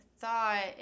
thought